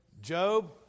Job